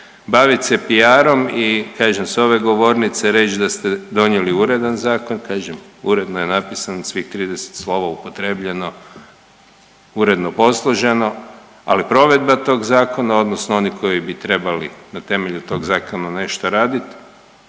bavit se piarom i kažem s ove govornice reć da ste donijeli uredan zakon, kažem uredno je napisan, svih 30 slova upotrjebljeno, uredno posloženo, ali provedba tog zakona odnosno oni koji bi trebali na temelju tog zakona nešto radit